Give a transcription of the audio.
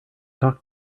talk